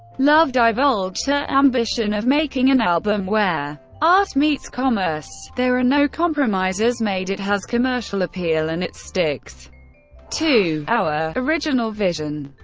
love divulged her ambition of making an album where art meets commerce. there are no compromises made, it has commercial appeal, and it sticks to original vision.